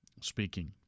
speaking